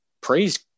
praise